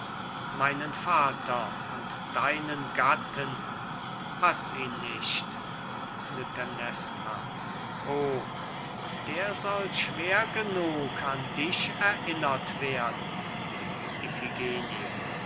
meinen vater und deinen gatten hass ihn nicht klytämnestra o der soll schwer genug an dich erinnert werden